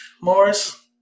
Morris